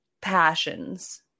passions